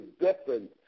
different